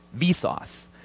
Vsauce